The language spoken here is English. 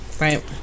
Right